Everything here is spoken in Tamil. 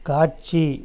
காட்சி